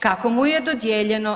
Kako mu je dodijeljeno?